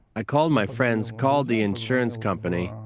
i called my friends, called the insurance company.